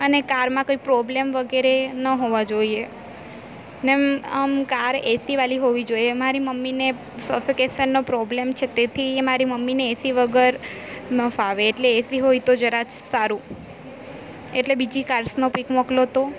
અને કારમાં કોઈ પ્રોબ્લેમ વગેરે ન હોવા જોઈએ ને આમ કાર એસીવાળી હોવી જોઈએ મારી મમ્મીને સફોકેશનનો પ્રોબ્લેમ છે તેથી મારી મમ્મીને એસી વગર ન ફાવે એટલે એસી હોય તો જરા સારું એટલે બીજી કાર્સનો પીક મોકલો તો